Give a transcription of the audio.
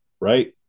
right